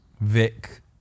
Vic